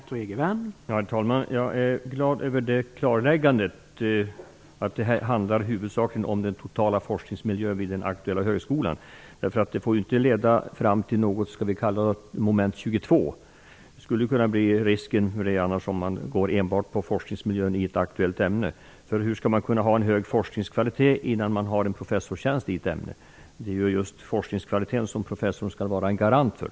Herr talman! Jag är glad över klarläggandet att detta huvudsakligen handlar om den totala forskningsmiljön vid den aktuella högskolan. Det får ju inte leda fram till någon moment 22-situation, som skulle kunna bli risken om man enbart ser till forskningsmiljön i ett aktuellt ämne. Hur skall man kunna ha en hög forskningskvalitet innan man har en professorstjänst i ett ämne? Det är ju just forskningskvaliteten som professorn skall vara en garant för.